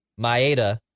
Maeda